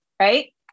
right